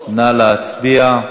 נא להצביע.